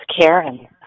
Karen